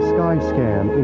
Skyscan